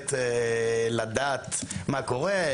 יכולת לדעת מה קורה.